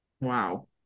wow